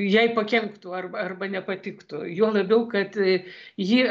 jai pakenktų arba arba nepatiktų juo labiau kad ji